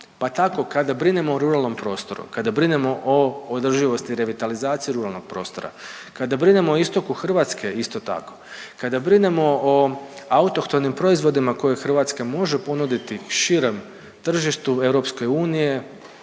Pa tako kada brinemo o ruralnom prostoru, kada brinemo o održivosti revitalizacije ruralnog prostora, kada brinemo o istoku Hrvatske isto tako, kada brinemo o autohtonim proizvodima koje Hrvatska može ponuditi širem tržištu EU pa možda